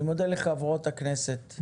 אני מודה לחברות הכנסת,